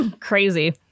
crazy